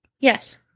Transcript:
Yes